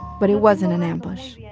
but it wasn't an ambush. yeah